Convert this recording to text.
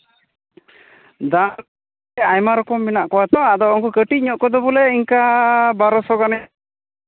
ᱫᱟᱜ ᱥᱮ ᱟᱭᱢᱟ ᱨᱚᱠᱚᱢ ᱢᱮᱱᱟᱜ ᱠᱚᱣᱟ ᱛᱳ ᱟᱫᱚ ᱩᱱᱠᱩ ᱠᱟᱹᱴᱤᱡ ᱧᱚᱜ ᱠᱚᱫᱚ ᱵᱚᱞᱮ ᱤᱱᱠᱟᱹ ᱵᱟᱨᱚᱥᱚ ᱜᱟᱱᱮ